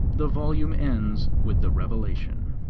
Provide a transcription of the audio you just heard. the volume ends with the revelation.